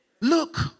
look